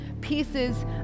pieces